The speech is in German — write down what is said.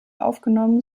aufgenommen